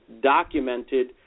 documented